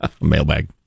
Mailbag